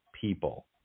people